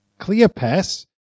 Cleopas